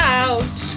out